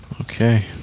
Okay